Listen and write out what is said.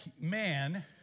man